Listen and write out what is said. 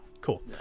Cool